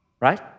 right